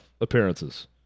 appearances